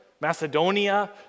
Macedonia